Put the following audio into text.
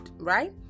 right